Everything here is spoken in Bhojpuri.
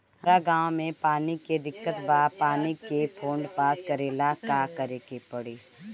हमरा गॉव मे पानी के दिक्कत बा पानी के फोन्ड पास करेला का करे के पड़ी?